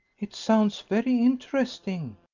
it sounds very interesting,